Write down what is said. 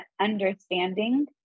understanding